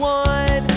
one